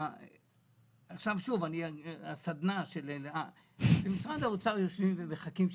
עכשיו, משרד האוצר יושבים ומחכים שתתעייפי.